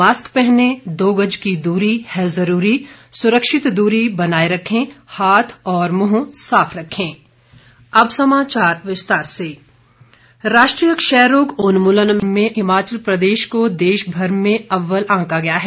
mask पहनें दो गज दूरी है जरूरी सुरक्षित दूरी बनाये रखें हाथ और मुंह साफ रखें क्षयरोग राष्ट्रीय क्षय रोग उन्मूलन में हिमाचल प्रदेश को देशभर में अव्वल आंका गया है